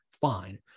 fine